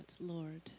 Lord